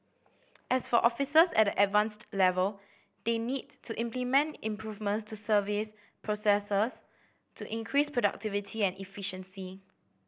as for officers at the Advanced level they need to implement improvements to service processes to increase productivity and efficiency